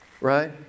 Right